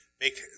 make